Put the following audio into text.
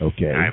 Okay